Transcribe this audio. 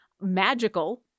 magical